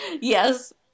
yes